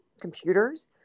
computers